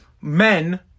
Men